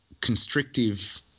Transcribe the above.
constrictive